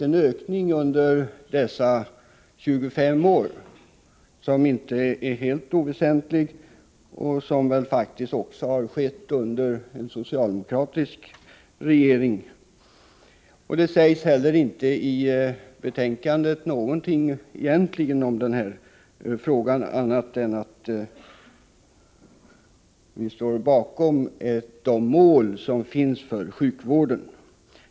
Denna ökning, som alltså har ägt rum under 25 år, är inte helt oväsentlig. Under största delen av den tiden har vi haft en socialdemokratisk regering. I betänkandet sägs egentligen inte något i den här frågan annat än att vi står bakom målen för sjukvården.